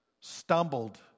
stumbled